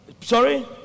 Sorry